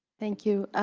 thank you.